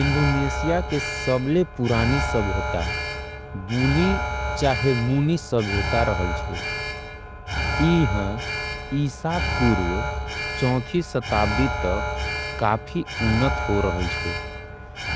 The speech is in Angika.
इंडोनेशिया के सबले पुरानी सभ्यता बुनी चाहे मुनि सभ्यता। रहल छे इन्हा ईशा पूर्व चौथी शताब्दी तक काफी उन्नत रहल छे।